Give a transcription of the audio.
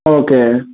okay